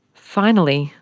finally,